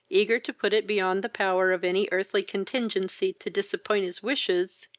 eager to put it beyond the power of any earthly contingency to disappoint his wishes,